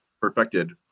perfected